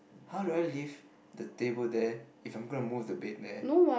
how do I lift the table there if I'm gonna move the bed there